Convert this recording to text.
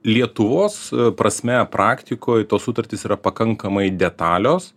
lietuvos prasme praktikoj tos sutartys yra pakankamai detalios